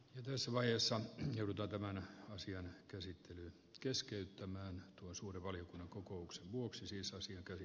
yhdessä vaiheessa jouduta tämän asian käsittelyn keskeyttämään tuon suuren valiokunnan kokouksen vuoksi siis asia kävi